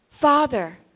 Father